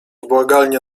błagalnie